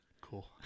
Cool